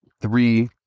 three